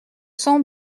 cents